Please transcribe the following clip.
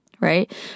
Right